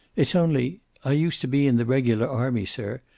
it's only i used to be in the regular army, sir,